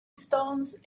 stones